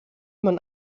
man